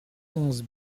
onze